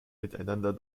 miteinander